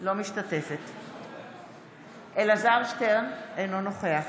אינה משתתפת בהצבעה אלעזר שטרן, אינו נוכח